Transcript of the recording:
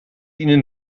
ihnen